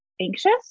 anxious